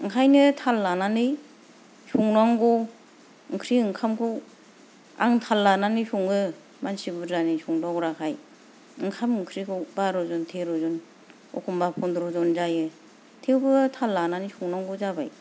ओंखायनो थाल लानानै संनांगौ ओंख्रि ओंखामखौ आं थाल लानानै संङो मानसि बुरजानि संदावग्राखाय ओंखाम ओंख्रिखौ बार'जन तेर' जन एखनबा पनद्रजन जायो थेवबो थाल लानानै संनांगौ जाबाय